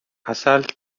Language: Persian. عسل